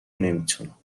نمیتونم